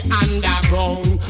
underground